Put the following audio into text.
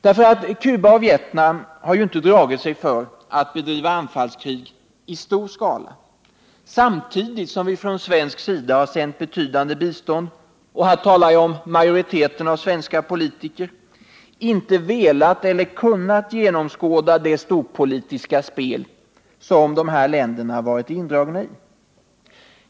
Cuba och Vietnam har inte dragit sig för att bedriva anfallskrig i stor skala, samtidigt som vi från svensk sida har sänt betydande bistånd och — här talar jag om majoriteten av svenska politiker — inte velat eller kunnat genomskåda det storpolitiska spel som dessa länder varit indragna i.